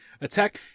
attack